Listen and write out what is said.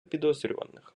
підозрюваних